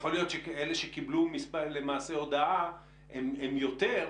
יכול להיות שאלה שקיבלו למעשה הודעה הם יותר,